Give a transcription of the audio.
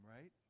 right